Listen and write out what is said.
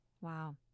Wow